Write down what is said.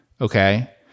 Okay